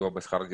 סיוע בשכר דירה,